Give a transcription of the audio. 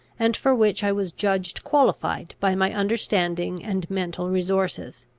and for which i was judged qualified by my understanding and mental resources.